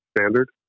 standard